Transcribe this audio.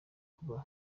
kuba